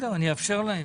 הנה,